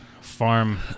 farm